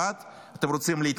אתם רוצים להחרים,